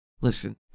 Listen